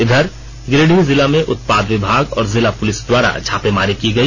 इधर गिरिडीह जिला में उत्पाद विभाग और जिला पुलिस द्वारा छापेमारी की गई